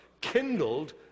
kindled